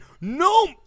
No